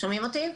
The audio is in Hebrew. שומעים אותי?